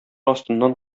астыннан